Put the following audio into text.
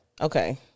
Okay